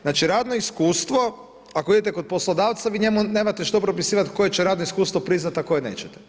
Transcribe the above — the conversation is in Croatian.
Znači radno iskustvo ako idete kod poslodavca, vi njemu nemate što propisivati koje će radno iskustvo priznati a koje nećete.